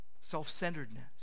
self-centeredness